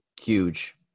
Huge